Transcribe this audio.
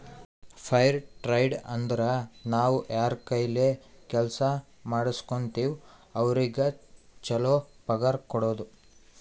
fire trade ಅಂದುರ್ ನಾವ್ ಯಾರ್ ಕೈಲೆ ಕೆಲ್ಸಾ ಮಾಡುಸ್ಗೋತಿವ್ ಅವ್ರಿಗ ಛಲೋ ಪಗಾರ್ ಕೊಡೋದು